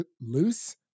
loose